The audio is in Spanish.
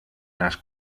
las